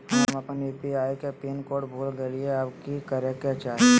हम अपन यू.पी.आई के पिन कोड भूल गेलिये हई, अब की करे के चाही?